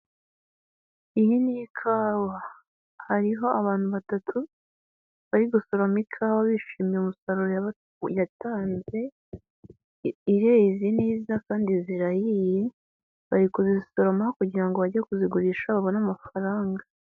Iyi ni ikawa, hariho abantu batatu bari gusoroma ikawa bishimiye umusaruro yatanze, ireze neza kandi zirahiye, bari kuzisorama kugira ngo bajye kuzigurisha babone amafaranga.